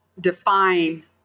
define